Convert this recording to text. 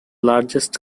largest